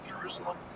Jerusalem